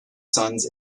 sons